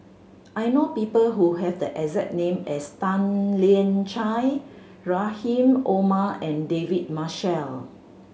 I know people who have the exact name as Tan Lian Chye Rahim Omar and David Marshall